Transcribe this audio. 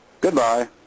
Goodbye